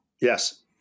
yes